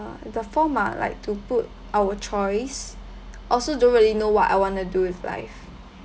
the form ah like to put our choice also don't really know what I want to do with life